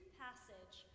passage